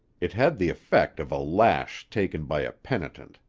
it had the effect of a lash taken by a penitent.